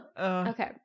Okay